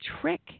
trick